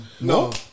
No